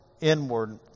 inward